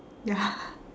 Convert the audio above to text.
ya